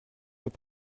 nous